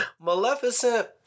maleficent